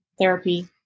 therapy